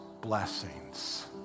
blessings